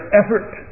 effort